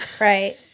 Right